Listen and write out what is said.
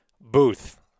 booth